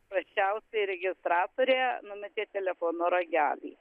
paprasčiausiai registratorė numetė telefono ragelį